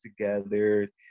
together